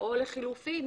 או לחילופין,